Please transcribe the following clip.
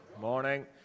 Morning